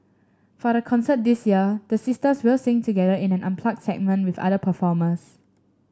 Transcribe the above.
for the concert this year the sisters will sing together in an unplugged segment with other performers